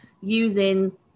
using